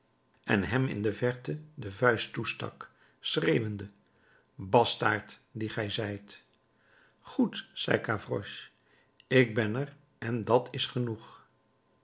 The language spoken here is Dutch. en hem in de verte de vuist toestak schreeuwende bastaard die ge zijt goed zei gavroche ik ben er en dat is genoeg